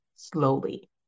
slowly